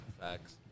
facts